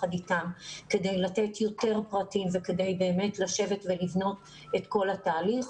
כדי לתת יותר פרטים וכדי באמת לשבת ולבנות את כל התהליך.